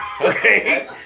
okay